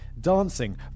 dancing